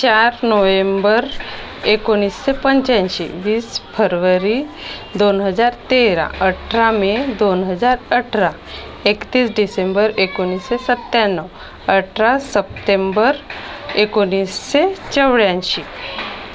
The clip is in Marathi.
चार नोवेंबर एकोणीसशे पंच्याऐंशी वीस फरवरी दोन हजार तेरा अठरा मे दोन हजार अठरा एकतीस डिसेंबर एकोणीसशे सत्त्याण्णव अठरा सप्टेंबर एकोणीसशे चौऱ्याऐंशी